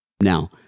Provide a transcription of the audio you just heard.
Now